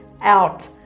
out